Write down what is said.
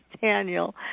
Daniel